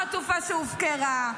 החטופה שהופקרה,